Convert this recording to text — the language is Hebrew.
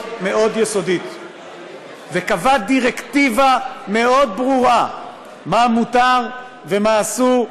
מאוד יסודית וקבע דירקטיבה מאוד ברורה מה מותר ומה אסור,